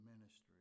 ministry